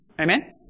Amen